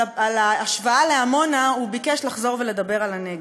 על ההשוואה לעמונה, הוא ביקש לחזור ולדבר על הנגב.